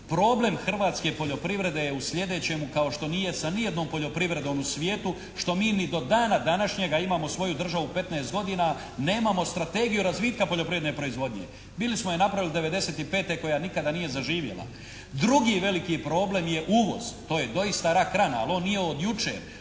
Problem hrvatske poljoprivrede je u sljedećemu kao što nije sa ni jednom poljoprivrednom u svijetu, što mi ni do dana današnjega, imamo svoju državu 15 godina, nemamo strategiju razvitka poljoprivredne proizvodnje. Bili smo je napravili '95. koja nikada nije zaživjela. Drugi veliki problem je uvoz, to je doista rak rana, ali on nije od jučer.